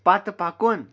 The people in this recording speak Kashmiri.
پتہٕ پکُن